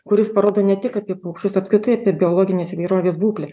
kuris parodo ne tik apie paukščius apskritai apie biologinės įvairovės būklę